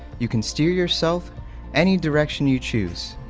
you can steer yourself any direction you choose.